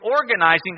organizing